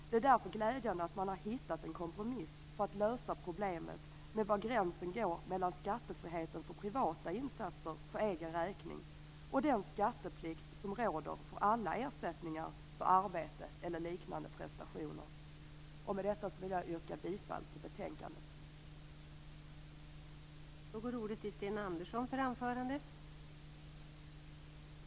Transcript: Det är därför glädjande att man har hittat en kompromiss för att lösa problemet med var gränsen går mellan skattefriheten för privata insatser för egen räkning och den skatteplikt som råder för alla ersättningar för arbete eller liknande prestationer. Med detta vill jag yrka bifall till hemställan i betänkandet.